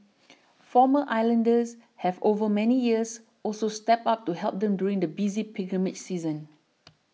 former islanders have over many years also stepped up to help them during the busy pilgrimage season